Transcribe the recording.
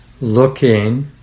looking